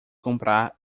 comprar